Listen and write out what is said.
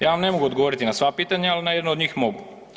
Ja vam ne mogu odgovoriti na sva pitanja, ali na jedno od njih mogu.